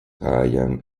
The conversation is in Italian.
ryan